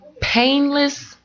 painless